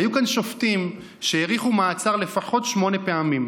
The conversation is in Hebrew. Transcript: היו כאן שופטים שהאריכו מעצר לפחות שמונה פעמים.